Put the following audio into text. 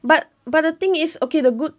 but but the thing is okay the good